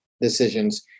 decisions